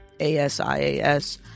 asias